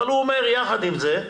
אבל הוא אומר יחד עם זה,